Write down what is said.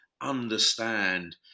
understand